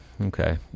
Okay